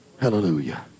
hallelujah